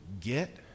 get